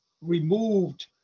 removed